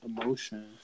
emotions